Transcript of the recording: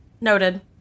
Noted